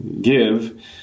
give